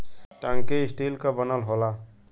टंकी स्टील क बनल होला